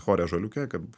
chore ąžuoliuke kad